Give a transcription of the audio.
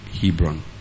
Hebron